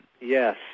Yes